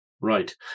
Right